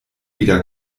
wieder